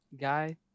guy